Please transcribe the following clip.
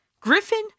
Griffin